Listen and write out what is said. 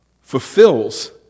fulfills